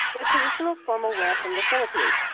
but traditional formal wear from the philippines.